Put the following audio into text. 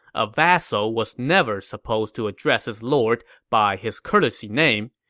a vassal was never supposed to address his lord by his courtesy name,